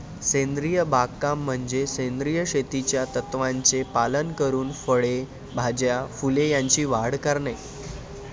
सेंद्रिय बागकाम म्हणजे सेंद्रिय शेतीच्या तत्त्वांचे पालन करून फळे, भाज्या, फुले यांची वाढ करणे